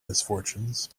misfortunes